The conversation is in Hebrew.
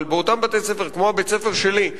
אבל באותם בתי-הספר כמו בית-הספר שלי,